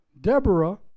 Deborah